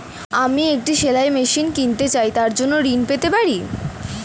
আমি একটি সেলাই মেশিন কিনতে চাই তার জন্য ঋণ পেতে পারি?